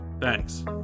Thanks